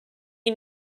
you